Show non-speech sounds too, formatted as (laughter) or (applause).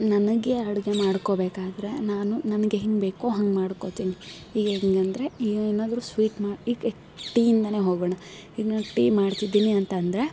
ನನಗೆ ಅಡುಗೆ ಮಾಡ್ಕೊಳ್ಬೇಕಾದ್ರೆ ನಾನು ನನಗೆ ಹೆಂಗೆ ಬೇಕೋ ಹಂಗೆ ಮಾಡ್ಕೊಳ್ತೀನಿ ಈಗ ಹೆಂಗಂದ್ರೆ ಈಗ ಏನಾದರೂ ಸ್ವೀಟ್ ಮಾಡಿ ಈಗ (unintelligible) ಟೀಯಿಂದಲೇ ಹೋಗೋಣ ಈಗ ನಾನು ಟೀ ಮಾಡ್ತಿದ್ದೀನಿ ಅಂತ ಅಂದ್ರೆ